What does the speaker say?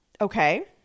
Okay